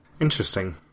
interesting